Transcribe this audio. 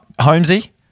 Holmesy